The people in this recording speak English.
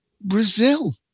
Brazil